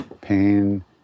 pain